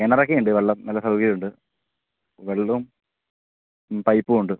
കിണറൊക്കെയുണ്ട് വെള്ളം നല്ല സൗകര്യമുണ്ട് വെള്ളവും മ് പൈപ്പും ഉണ്ട്